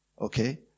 Okay